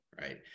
right